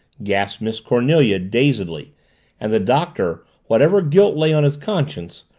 gasped miss cornelia dazedly and the doctor, whatever guilt lay on his conscience,